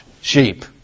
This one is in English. sheep